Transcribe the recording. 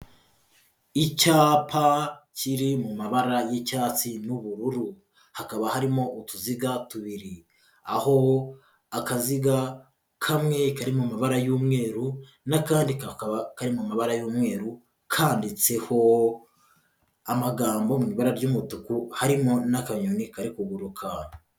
Icyapa kiri mu mabara y'icyatsi n'ubururu. Hakaba harimo utuziga tubiri. Aho akaziga kamwe kari mu mabara y'umweru n'akandi kakaba kari mu mabara y'umweru, kanditseho amagambo mu ibara ry'umutuku, harimo n'akanyoni kari kuguruka.